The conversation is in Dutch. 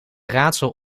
raadsel